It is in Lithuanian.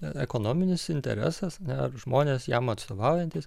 ekonominis interesas ar žmonės jam atstovaujantys